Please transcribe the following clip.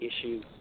issue